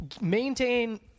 maintain